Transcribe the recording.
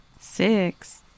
six